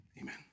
Amen